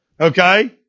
Okay